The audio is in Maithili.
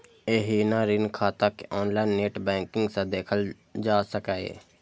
एहिना ऋण खाता कें ऑनलाइन नेट बैंकिंग सं देखल जा सकैए